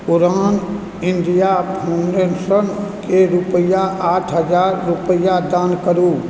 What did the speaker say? उड़ान India Foundation केँ रूपैआ आठ हजार रूपैआ दान करू